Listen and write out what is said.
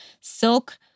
silk